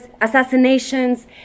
assassinations